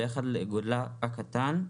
ביחס לגודלה הקטן,